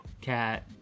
cat